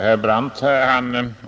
Herr talman!